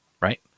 right